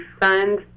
fund